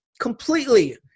completely